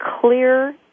clear